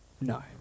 No